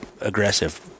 aggressive